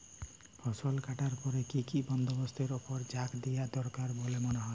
ফসলকাটার পরে কি কি বন্দবস্তের উপর জাঁক দিয়া দরকার বল্যে মনে হয়?